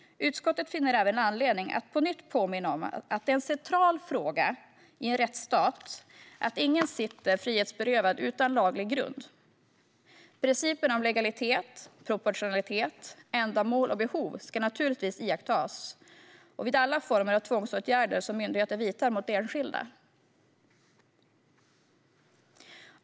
Utskottet finner även anledning att på nytt påminna om att det är en central fråga i en rättsstat att ingen sitter frihetsberövad utan laglig grund. Principerna om legalitet, proportionalitet, ändamål och behov ska naturligtvis iakttas vid alla former av tvångsåtgärder som myndigheter vidtar mot enskilda.